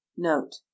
note